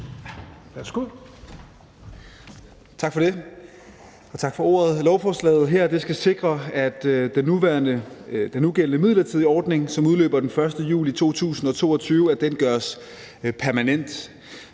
Tak for det, og tak for ordet. Lovforslaget her skal sikre, at den nugældende midlertidige ordning, som udløber den 1. juli 2022, gøres permanent.